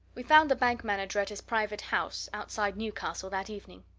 we found the bank manager at his private house, outside newcastle, that evening.